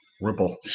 ripple